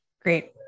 Great